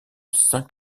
saint